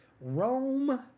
Rome